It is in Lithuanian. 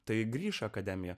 tai grįš akademija